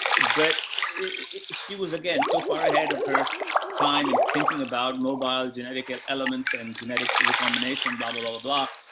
but she was again, so far ahead of her time and thinking about mobile genetic ah elements and genetic recombination, blah, blah, blah,